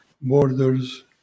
borders